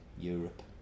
Europe